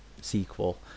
sequel